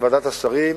ועדת השרים,